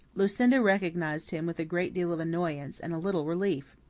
lucinda recognized him with a great deal of annoyance and a little relief.